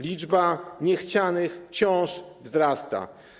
Liczba niechcianych ciąż wzrasta.